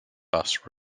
bus